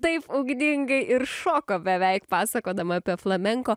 taip ugningai ir šoko beveik pasakodama apie flamenko